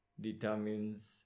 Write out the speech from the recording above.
determines